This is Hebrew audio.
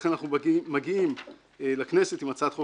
לכן אנחנו מגיעים לכנסת עם הצעת חוק